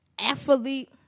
athlete